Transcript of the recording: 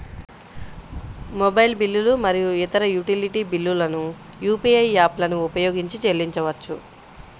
mobile బిల్లులు మరియు ఇతర యుటిలిటీ బిల్లులను యూ.పీ.ఐ యాప్లను ఉపయోగించి చెల్లించవచ్చు